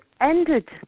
ended